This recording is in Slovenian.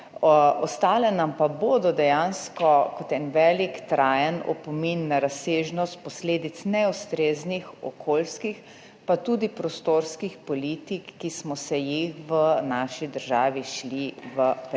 ostale pa nam bodo dejansko kot en velik, trajen opomin na razsežnost posledic neustreznih okolijskih pa tudi prostorskih politik, ki smo se jih v naši državi šli v preteklosti